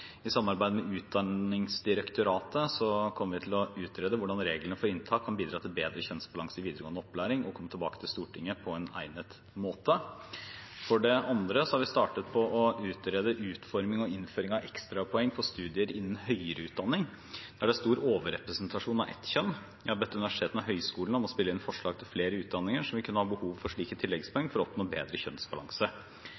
I samarbeid med Utdanningsdirektoratet kommer vi til å utrede hvordan reglene for inntak kan bidra til bedre kjønnsbalanse i videregående opplæring, og komme tilbake til Stortinget på en egnet måte. For det andre har vi startet arbeidet med å utrede utforming og innføring av ekstra poeng for studier innen høyere utdanning der det er stor overrepresentasjon av ett kjønn. Jeg har bedt universitetene og høyskolene om å spille inn forslag til flere utdanninger som vil kunne ha behov for slike tilleggspoeng